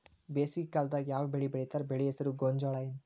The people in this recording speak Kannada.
ಬೇಸಿಗೆ ಕಾಲದಾಗ ಯಾವ್ ಬೆಳಿ ಬೆಳಿತಾರ, ಬೆಳಿ ಹೆಸರು ಗೋಂಜಾಳ ಏನ್?